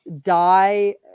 die